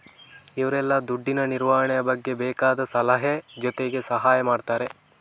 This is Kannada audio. ಇವ್ರೆಲ್ಲ ದುಡ್ಡಿನ ನಿರ್ವಹಣೆ ಬಗ್ಗೆ ಬೇಕಾದ ಸಲಹೆ ಜೊತೆಗೆ ಸಹಾಯ ಮಾಡ್ತಾರೆ